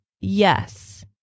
yes